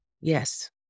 yes